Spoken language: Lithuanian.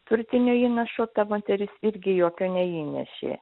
turtinio įnašo ta moteris irgi jokio neįnešė